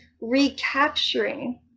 recapturing